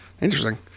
Interesting